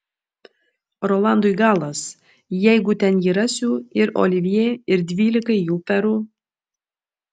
rolandui galas jeigu ten jį rasiu ir olivjė ir dvylikai jų perų